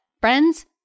Friends